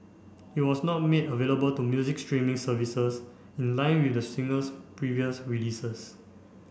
it was not made available to music streaming services in line with the singer's previous releases